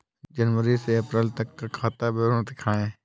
जनवरी से अप्रैल तक का खाता विवरण दिखाए?